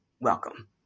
Welcome